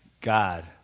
God